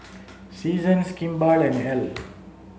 seasons Kimball and Elle